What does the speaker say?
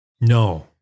No